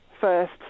first